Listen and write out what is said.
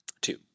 Two